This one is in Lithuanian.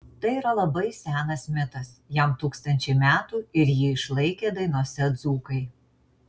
tai yra labai senas mitas jam tūkstančiai metų ir jį išlaikė dainose dzūkai